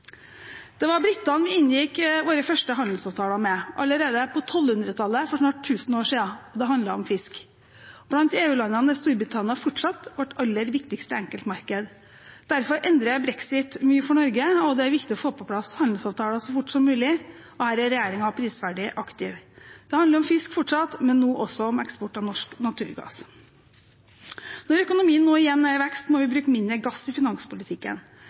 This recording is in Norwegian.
Det var britene vi inngikk våre første handelsavtaler med, allerede på 1200-tallet – for snart 1 000 år siden. Det handlet om fisk. Blant EU-landene er Storbritannia fortsatt vårt aller viktigste enkeltmarked. Derfor endrer brexit mye for Norge, og det er viktig å få på plass handelsavtaler så fort som mulig. Her er regjeringen prisverdig aktiv. Det handler om fisk fortsatt, men nå også om eksport av norsk naturgass. Når økonomien nå igjen er i vekst, må vi bruke mindre gass i finanspolitikken.